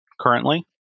currently